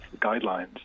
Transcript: guidelines